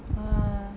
!wah!